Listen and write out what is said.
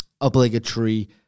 obligatory